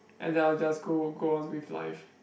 and then I'll just go go on with life